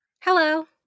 Hello